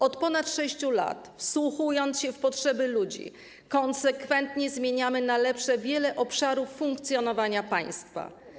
Od ponad 6 lat, wsłuchując się w potrzeby ludzi, konsekwentnie zmieniamy na lepsze wiele obszarów funkcjonowania państwa.